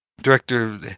director